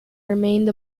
remained